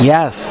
Yes